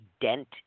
dent